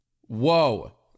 whoa